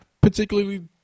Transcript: particularly